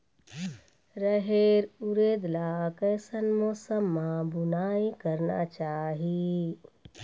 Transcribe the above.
रहेर उरद ला कैसन मौसम मा बुनई करना चाही?